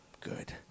good